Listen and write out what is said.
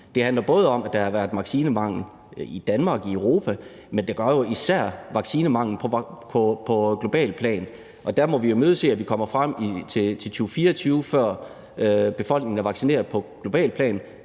Det handler om, at der har været vaccinemangel i Danmark og i Europa, men der er jo især vaccinemangel på globalt plan, og der må vi imødese, at vi kommer frem til 2024, før befolkningen er vaccineret på globalt plan,